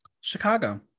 chicago